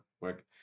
work